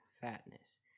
fatness